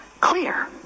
clear